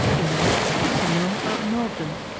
inward, seminal or emulgent.